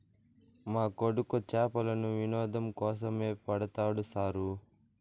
మా కొడుకు చేపలను వినోదం కోసమే పడతాడు సారూ